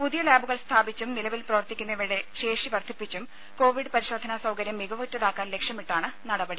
പുതിയ ലാബുകൾ സ്ഥാപിച്ചും നിലവിൽ പ്രവർത്തിക്കുന്നവയുടെ ശേഷി വർദ്ധിപ്പിച്ചും കോവിഡ് പരിശോധനാ സൌകര്യം മികവുറ്റതാക്കാൻ ലക്ഷ്യമിട്ടാണ് നടപടി